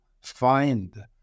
find